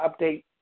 update